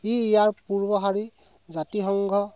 ই ইয়াৰ পূৰ্বসূৰী জাতি সংঘ